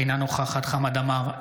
אינה נוכחת חמד עמאר,